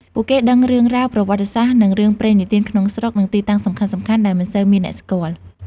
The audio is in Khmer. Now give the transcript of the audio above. ពួកគេដឹងរឿងរ៉ាវ ប្រវត្តិសាស្ត្រ រឿងព្រេងនិទានក្នុងស្រុក និងទីតាំងសំខាន់ៗដែលមិនសូវមានគេស្គាល់។